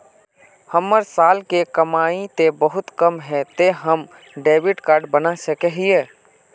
हमर साल के कमाई ते बहुत कम है ते हम डेबिट कार्ड बना सके हिये?